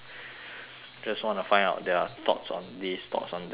just wanna find out their thoughts on this thoughts on that that kind of thing